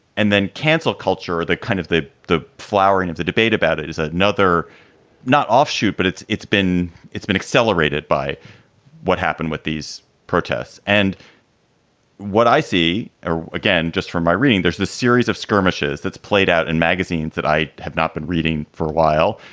and then cancel culture, the kind of the the flowering of the debate about it is another not offshoot. but it's it's been it's been accelerated by what happened with these protests. and what i see or again, just from my reading, there's the series of skirmishes that's played out in magazines that i have not been reading for a while.